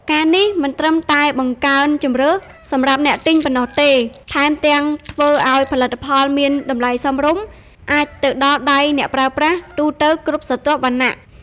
ការណ៍នេះមិនត្រឹមតែ បង្កើនជម្រើស សម្រាប់អ្នកទិញប៉ុណ្ណោះទេ ថែមទាំងធ្វើឱ្យផលិតផលមាន តម្លៃសមរម្យ អាចទៅដល់ដៃអ្នកប្រើប្រាស់ទូទៅគ្រប់ស្រទាប់វណ្ណៈ។